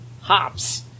hops